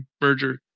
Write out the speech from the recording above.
merger